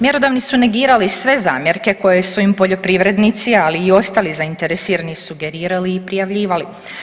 Mjerodavni su negirali sve zamjerke koje su im poljoprivrednici, ali i ostali zainteresirani sugerirali i prijavljivali.